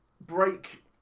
Break